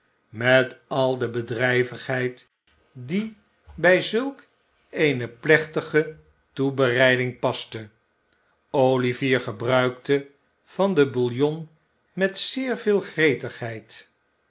met al de bedrijvigheid die bij zulk eene plechtige toebereiding paste olivier gebruikte van den bouillon met zeer veel gretigheid